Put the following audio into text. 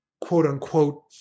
quote-unquote